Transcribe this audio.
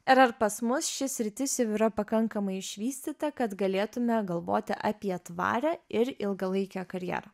ir ar pas mus ši sritis jau yra pakankamai išvystyta kad galėtume galvoti apie tvarią ir ilgalaikę karjerą